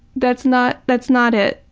that's not that's not it,